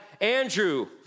Andrew